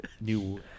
New